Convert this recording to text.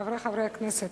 חברי חברי הכנסת,